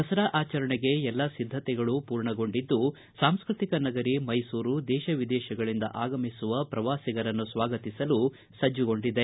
ದಸರಾ ಆಚರಣೆಗೆ ಎಲ್ಲಾ ಸಿದ್ದತೆಗಳು ಪೂರ್ಣಗೊಂಡಿದ್ದು ಸಾಂಸ್ಟೃತಿಕ ನಗರಿ ಮೈಸೂರು ದೇತ ವಿದೇಶಗಳಿಂದ ಆಗಮಿಸುವ ಪ್ರವಾಸಿಗರನ್ನು ಸ್ವಾಗತಿಸಲು ಸಜ್ಜಗೊಂಡಿದೆ